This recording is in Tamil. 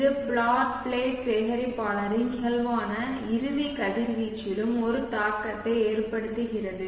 இது பிளாட் பிளேட் சேகரிப்பாளரின் நிகழ்வான இறுதி கதிர்வீச்சிலும் ஒரு தாக்கத்தை ஏற்படுத்துகிறது